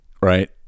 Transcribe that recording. right